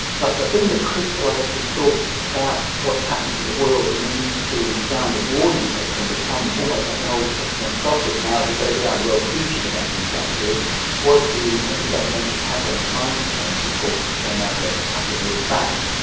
but the thing that crystallised his thoughts about what's happening to the world and the need to sound a warning note and become almost like an old testament prophet now who goes around the world preaching about these ideas was the intergovernmental panel on climate change report that came out a couple of years back.